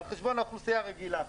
על חשבון האוכלוסייה הרגילה,